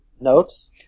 Notes